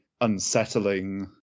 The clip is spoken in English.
unsettling